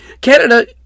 Canada